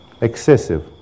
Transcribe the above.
Excessive